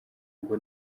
ngo